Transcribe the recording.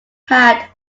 had